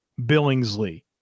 Billingsley